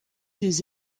des